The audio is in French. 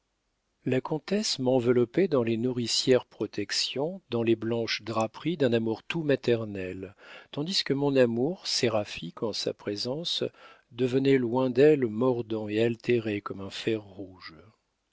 la comtesse m'enveloppait dans les nourricières protections dans les blanches draperies d'un amour tout maternel tandis que mon amour séraphique en sa présence devenait loin d'elle mordant et altéré comme un fer rouge